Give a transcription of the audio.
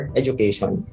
education